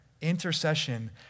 intercession